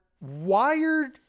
wired